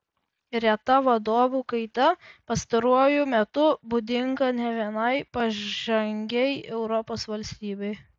reta vadovų kaita pastaruoju metu būdinga ne vienai pažangiai europos valstybei